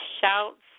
shouts